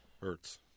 Hurts